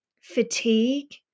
fatigue